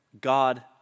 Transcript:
God